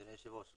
אדוני היושב ראש,